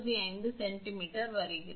6495 centimetre வருகிறது